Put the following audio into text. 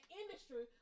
industry